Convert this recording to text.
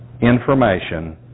information